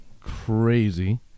crazy